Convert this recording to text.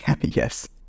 Yes